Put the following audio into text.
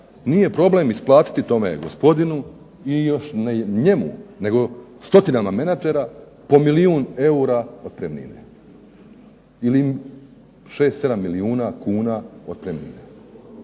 nije problem isplatiti tome gospodinu, i još ne njemu, nego stotinama menadžera po milijun eura otpremnine. Ili im 6, 7 milijuna kuna otpremnine.